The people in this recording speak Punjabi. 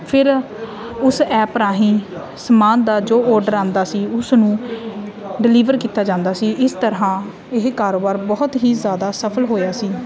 ਫਿਰ ਉਸ ਐਪ ਰਾਹੀਂ ਸਮਾਨ ਦਾ ਜੋ ਆਰਡਰ ਆਉਂਦਾ ਸੀ ਉਸ ਨੂੰ ਡਿਲੀਵਰ ਕੀਤਾ ਜਾਂਦਾ ਸੀ ਇਸ ਤਰ੍ਹਾਂ ਇਹ ਕਾਰੋਬਾਰ ਬਹੁਤ ਹੀ ਜ਼ਿਆਦਾ ਸਫਲ ਹੋਇਆ ਸੀ